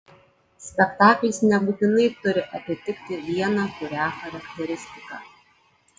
spektaklis nebūtinai turi atitikti vieną kurią charakteristiką